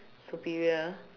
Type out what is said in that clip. superior